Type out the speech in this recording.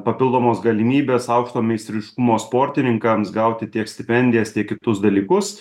papildomos galimybės aukšto meistriškumo sportininkams gauti tiek stipendijas tiek kitus dalykus